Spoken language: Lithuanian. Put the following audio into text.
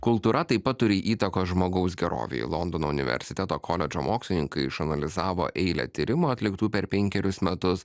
kultūra taip pat turi įtakos žmogaus gerovei londono universiteto koledžo mokslininkai išanalizavo eilę tyrimų atliktų per penkerius metus